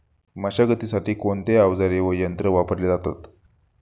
मशागतीसाठी कोणते अवजारे व यंत्र वापरले जातात?